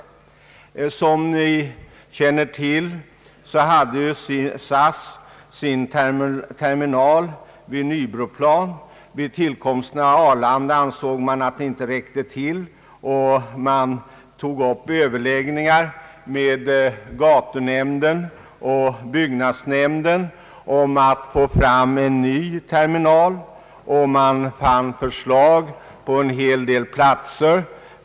Som vi känner till hade SAS ursprungligen sin terminal vid Nybroplan. Vid tillkomsten av Arlanda ansåg man att den inte räckte till. Man tog då upp överläggningar med gatunämnden och byggnadsnämnden för att få fram en ny terminal, och man fick förslag på en hel del platser.